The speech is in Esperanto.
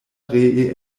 ree